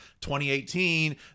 2018